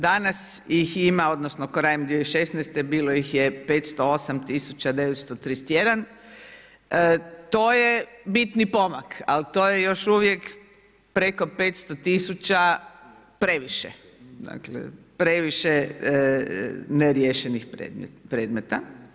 Danas ih ima odnosno krajem 2016. bilo ih je 508.931, to je bitni pomak, ali to je još uvijek preko 500 tisuća previše, dakle previše neriješenih predmeta.